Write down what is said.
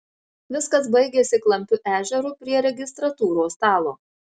viskas baigėsi klampiu ežeru prie registratūros stalo